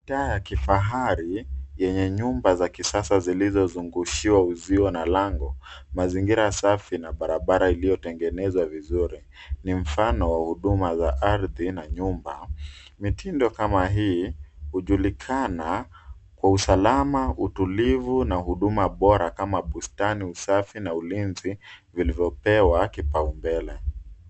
Taa ya kifahari yenye nyumba za kisasa zilizozungushiwa uzio na lango, mazingira safi na barabara iliyotengenezwa vizuri. Ni mfano wa huduma za ardhi na nyumba. Mitindo kama hii hujulikana kwa usalama, utulivu na huduma bora kama bustani, usafi na ulinzi vilivyopewa vipao mbele.